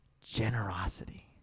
generosity